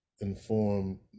Inform